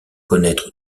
connaître